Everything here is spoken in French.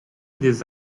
des